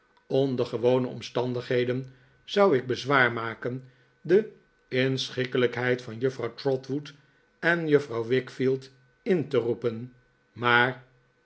onder gewone omstandigheden zou ik bezwaar maken de inschikkelijkheid van juffrouw trotwood en juffrouw wickfield in te roepen maar